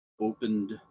opened